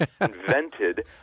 invented